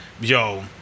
Yo